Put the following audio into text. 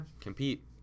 Compete